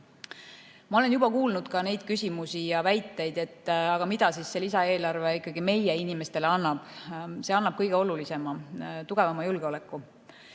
Ma olen juba kuulnud ka neid küsimusi, et aga mida see lisaeelarve ikkagi meie inimestele annab. See annab kõige olulisema: tugevama julgeoleku.